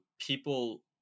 people